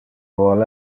vole